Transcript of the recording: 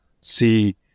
see